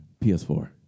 PS4